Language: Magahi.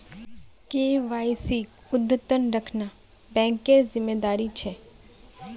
केवाईसीक अद्यतन रखना बैंकेर जिम्मेदारी छे